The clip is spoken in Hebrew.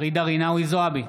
ג'ידא רינאוי זועבי,